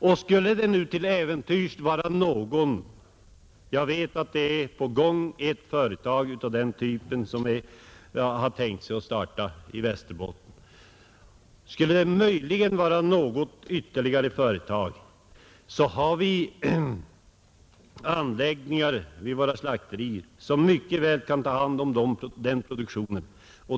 Jag vet att ett företag av den typen är på gång och har tänkt sig att starta i Västerbotten, och skulle det till äventyrs bli ytterligare något företag har vi anläggningar vid våra slakterier som mycket väl kan ta hand om den produktionen.